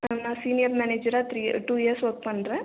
நான் சீனியர் மேனேஜராக three two years work பண்ணுறேன்